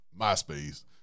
MySpace